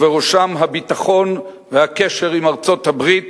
ובראשם הביטחון והקשר עם ארצות-הברית,